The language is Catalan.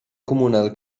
comunal